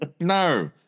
No